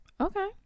Okay